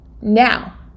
now